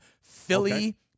Philly